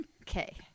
okay